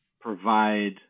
provide